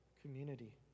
community